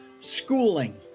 schooling